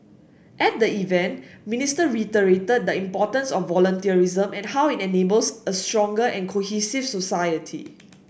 at the event Minister reiterated the importance of voluntarism and how it enables a stronger and cohesive society